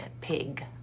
pig